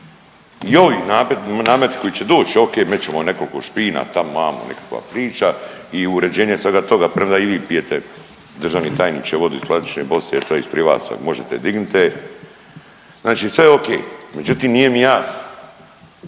I ovaj namet koji će doći, o.k. imat ćemo nekoliko špina tamo, amo, nekakva priča i uređenje svega toga. Premda i vi pijete državni tajniče vodu iz plastične boce jer to je iz …/Govornik se ne razumije./… možete dignite. Znači sve o.k. Međutim, nije mi jasno